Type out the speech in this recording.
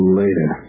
later